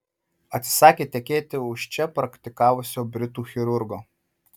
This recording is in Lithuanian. atsisakė tekėti už čia praktikavusio britų chirurgo